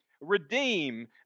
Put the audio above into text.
redeem